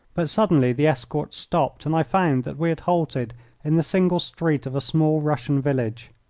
but suddenly the escort stopped, and i found that we had halted in the single street of a small russian village.